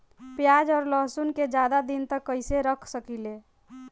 प्याज और लहसुन के ज्यादा दिन तक कइसे रख सकिले?